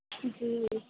جی